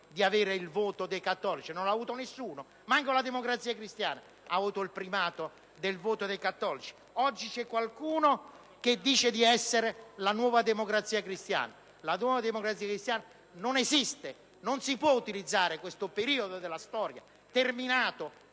del voto dei cattolici. Non l'ha avuto nessuno, neanche la Democrazia Cristiana ha avuto il primato del voto dei cattolici. Oggi c'è qualcuno che dice di essere la nuova Democrazia Cristiana, ma questa non esiste. Non si può utilizzare quel periodo della storia, che è terminato